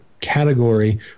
category